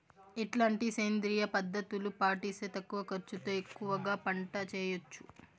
ఎట్లాంటి సేంద్రియ పద్ధతులు పాటిస్తే తక్కువ ఖర్చు తో ఎక్కువగా పంట చేయొచ్చు?